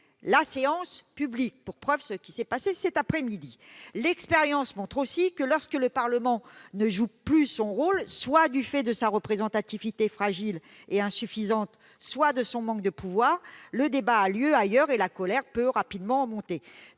la séance publique ; j'en veux pour preuve ce qui s'est passé cet après-midi. Elle montre aussi que, lorsque le Parlement ne joue plus son rôle, en raison soit de sa représentativité fragile et insuffisante, soit de son manque de pouvoir, le débat a lieu ailleurs, et la colère peut rapidement monter.